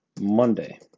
Monday